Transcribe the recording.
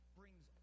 brings